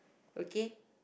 okay